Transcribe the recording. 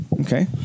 Okay